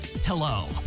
Hello